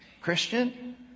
Christian